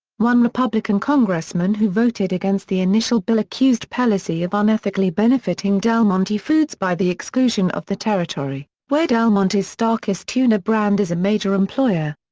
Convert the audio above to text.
one republican congressman who voted against the initial bill accused pelosi of unethically benefiting del monte foods by the exclusion of the territory, where del monte's starkist tuna brand is a major employer.